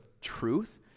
truth